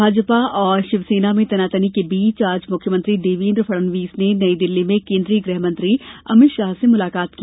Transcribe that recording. भाजपा और शिवसेना में तनातनी के बीच आज मुख्यमंत्री देवेन्द्र फडणवीस ने नई दिल्ली में केन्द्रीय गृह मंत्री अमित शाह से मुलाकात की